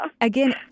again